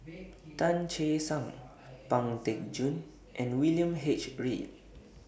Tan Che Sang Pang Teck Joon and William H Read